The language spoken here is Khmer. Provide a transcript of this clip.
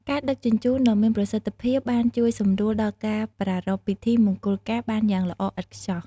ការដឹកជញ្ជូនដ៏មានប្រសិទ្ធភាពបានជួយសម្រួលដល់ការប្រារព្ធពិធីមង្គលការបានយ៉ាងល្អឥតខ្ចោះ។